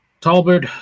Talbert